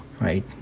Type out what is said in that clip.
Right